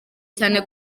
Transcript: cyane